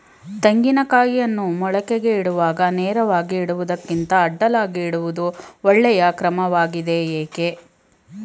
ತೆಂಗಿನ ಕಾಯಿಯನ್ನು ಮೊಳಕೆಗೆ ಇಡುವಾಗ ನೇರವಾಗಿ ಇಡುವುದಕ್ಕಿಂತ ಅಡ್ಡಲಾಗಿ ಇಡುವುದು ಒಳ್ಳೆಯ ಕ್ರಮವಾಗಿದೆ ಏಕೆ?